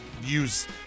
use